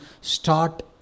start